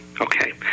Okay